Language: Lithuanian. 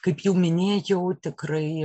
kaip jau minėjau tikrai